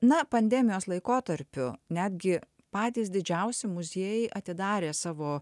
na pandemijos laikotarpiu netgi patys didžiausi muziejai atidarė savo